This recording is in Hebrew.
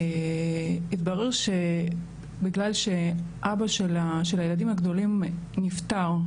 התברר שבגלל שאבא של הילדים הגדולים נפטר,